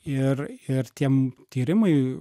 ir ir tiem tyrimai